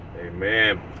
Amen